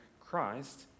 Christ